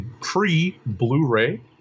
pre-Blu-ray